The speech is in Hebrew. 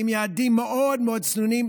עם יעדים מאוד מאוד צנועים,